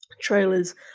trailers